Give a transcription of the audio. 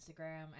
Instagram